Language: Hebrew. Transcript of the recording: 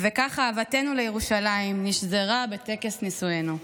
כך אהבתנו לירושלים נשזרה בטקס נישואינו.